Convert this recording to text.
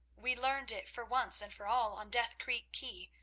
we learned it for once and for all on death creek quay,